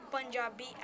Punjabi